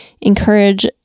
encourage